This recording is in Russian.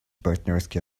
партнерские